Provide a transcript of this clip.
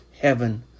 heaven